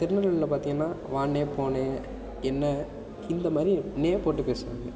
திருநெல்வேலியில் பார்த்திங்கனா வாண்ணே போண்ணே என்ன இந்த மாதிரி ணே போட்டு பேசுவாங்க